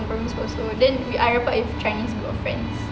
in primary school also then I rapat with chinese girlfriends zennis yang kawan dia